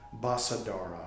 Basadara